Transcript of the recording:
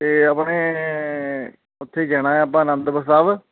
ਅਤੇ ਆਪਣੇ ਉੱਥੇ ਜਾਣਾ ਆਪਾਂ ਆਨੰਦਪੁਰ ਸਾਹਿਬ